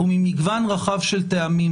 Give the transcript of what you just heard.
וממגוון רחב של טעמים